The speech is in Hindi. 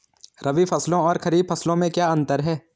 रबी फसलों और खरीफ फसलों में क्या अंतर है?